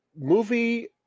movie